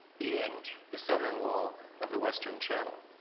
being the southern wall of the western channel.